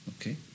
Okay